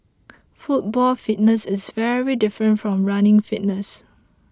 football fitness is very different from running fitness